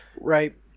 Right